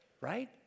right